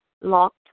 locked